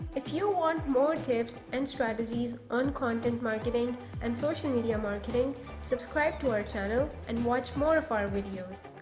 if you want more tips and strategies on content marketing and social media marketing subscribe to our channel and watch more of our videos.